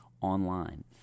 online